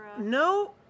No